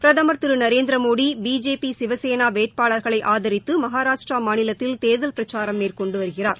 பிரதமர் திரு நரேந்திரமோடி பிஜேபி சிவசேனா வேட்பாளர்களை ஆதரித்து மகாராஷ்டிரா மாநிலத்தில் தேர்தல் பிரச்சாரம் மேற்கொண்டு வருகிறார்